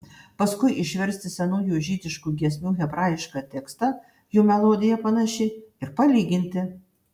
paskui išversti senųjų žydiškų giesmių hebrajišką tekstą jų melodija panaši ir palyginti